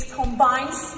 combines